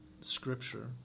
Scripture